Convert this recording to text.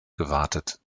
gewartet